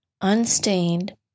unstained